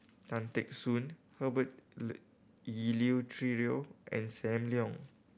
Tan Teck Soon Herbert Eleuterio and Sam Leong